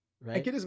right